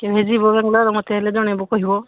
କେଭେ ଯିବ ବାଙ୍ଗାଲୋର ମତେ ହେଲେ ଜଣେଇବ କହିବ